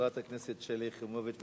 חברת הכנסת שלי יחימוביץ,